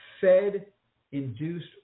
Fed-induced